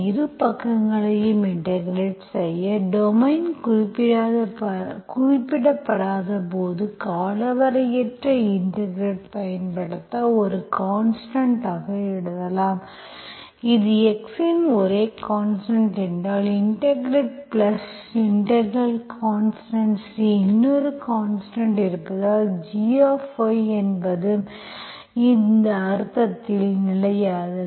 இரு பக்கங்களையும் இன்டெகிரெட் செய்ய டொமைன் குறிப்பிடப்படாதபோது காலவரையற்ற இன்டெகிரெட் பயன்படுத்த ஒரு கான்ஸ்டன்ட் ஆக எழுதலாம் இது x இன் ஒரே கான்ஸ்டன்ட் என்றால் integrate plus integral constant C இன்னொரு கான்ஸ்டன்ட் இருப்பதால் gy என்பதும் அந்த அர்த்தத்தில் நிலையானது